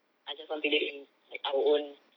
I just want to live in like our own